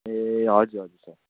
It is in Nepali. ए हजुर हजुर सर